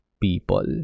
people